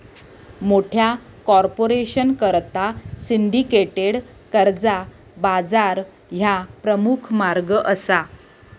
मोठ्या कॉर्पोरेशनकरता सिंडिकेटेड कर्जा बाजार ह्या प्रमुख मार्ग असा